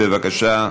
בבקשה,